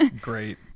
Great